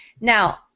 Now